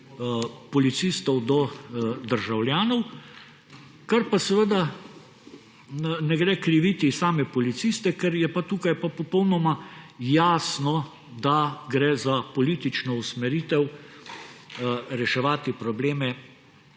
policistov do državljanov. Kar pa seveda ne gre kriviti same policiste, ker je tukaj pa popolnoma jasno, da gre za politično usmeritev − reševati probleme